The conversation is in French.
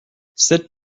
sept